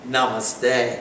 Namaste